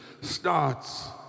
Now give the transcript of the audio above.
starts